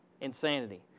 Insanity